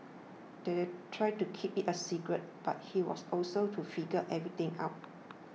they tried to keep it a secret but he was also to figure everything out